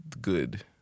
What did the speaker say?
good